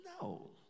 No